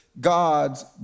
God's